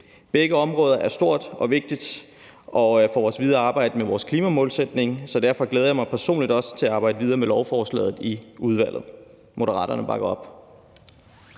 Begge områder er store og vigtige for vores videre arbejde med vores klimamålsætning, så derfor glæder jeg mig personligt også til at arbejde videre med lovforslaget i udvalget. Moderaterne bakker op.